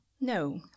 No